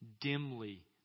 dimly